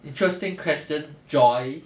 interesting question joy